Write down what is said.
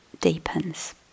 deepens